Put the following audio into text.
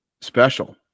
special